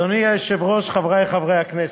אדוני היושב-ראש, חברי חברי הכנסת,